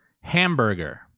Hamburger